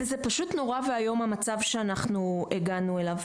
וזה פשוט נורא ואיום המצב שאנחנו הגענו אליו.